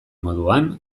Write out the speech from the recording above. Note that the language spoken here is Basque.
moduan